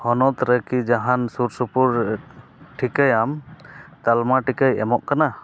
ᱦᱚᱱᱚᱛ ᱨᱮ ᱠᱤ ᱡᱟᱦᱟᱱ ᱥᱩᱨ ᱥᱩᱯᱩᱨ ᱴᱷᱤᱠᱟᱹᱭᱟᱢ ᱛᱟᱞᱢᱟ ᱴᱤᱠᱟᱹᱭ ᱮᱢᱚᱜ ᱠᱟᱱᱟ